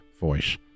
voice